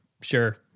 Sure